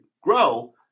grow